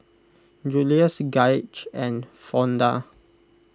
Julius Gaige and Fonda